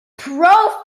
pro